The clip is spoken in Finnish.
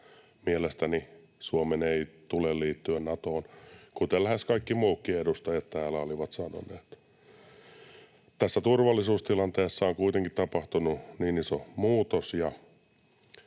mielestäni Suomen ei tule liittyä Natoon, kuten lähes kaikki muutkin edustajat täällä olivat sanoneet. Tässä turvallisuustilanteessa on kuitenkin tapahtunut niin iso muutos